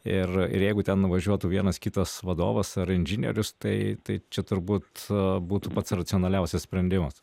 ir ir jeigu ten nuvažiuotų vienas kitas vadovas ar inžinierius tai tai čia turbūt būtų pats racionaliausias sprendimas